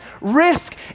risk